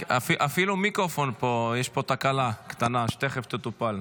אפילו המיקרופון פה, יש פה תקלה קטנה שתכף תטופל.